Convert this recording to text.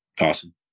Awesome